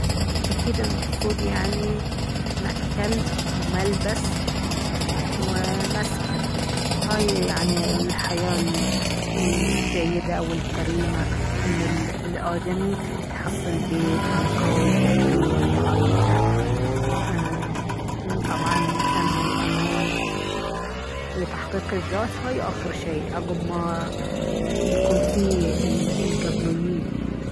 اكيد المقصود يعني مأكل وملبس ومسكن هاي يعني الحياة الجيدة والكريمة ان الآدمي يحصل بيت مكان يقعد فيه ويا عايلته ايه وطبعا امن وآمان وتحقيق الذات هاي آخر شي عقب ما يكون فيه القبليين